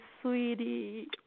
sweetie